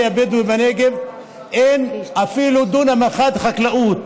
הבדואי ואין אפילו דונם אחד חקלאות,